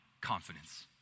confidence